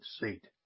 seat